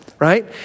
right